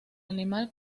animal